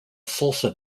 salsa